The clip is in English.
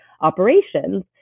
Operations